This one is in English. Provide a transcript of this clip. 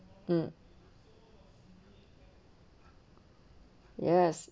mm yes